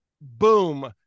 boom